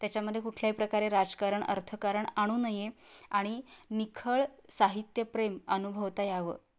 त्याच्यामध्ये कुठल्याही प्रकारे राजकारण अर्थकारण आणू नये आणि निखळ साहित्यप्रेम अनुभवता यावं